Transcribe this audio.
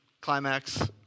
climax